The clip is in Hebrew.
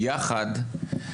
יחד,